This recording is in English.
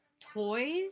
toys